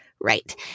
Right